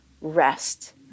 rest